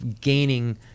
gaining